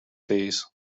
these